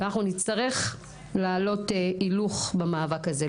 אנחנו נצטרך להעלות הילוך במאבק הזה.